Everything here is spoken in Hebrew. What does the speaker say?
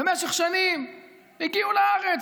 במשך שנים הגיעו לארץ,